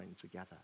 together